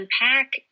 unpack